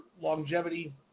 longevity